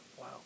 wow